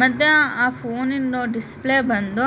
ಮತ್ತೆ ಆ ಫೋನಿನದು ಡಿಸ್ಪ್ಲೇ ಬಂದು